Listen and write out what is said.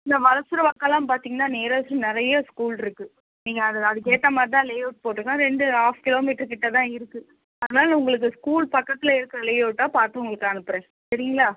இந்த வளசரவாக்கம்லாம் பார்த்தீங்கனா நியர்ஸ்ட் நிறைய ஸ்கூல் இருக்குது நீங்கள் அது அதுக்கு ஏற்ற மாதிரி தான் லேஅவுட் போட்டிருக்கோம் ரெண்டு ஹாஃப் கிலோமீட்டர்க்கிட்ட தான் இருக்குது அதனாலே உங்களுக்கு ஸ்கூல் பக்கத்தில் இருக்கிற லேஅவுட்டாக பார்த்து உங்களுக்கு அனுப்புகிறேன் சரிங்களா